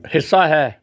ਹਿੱਸਾ ਹੈ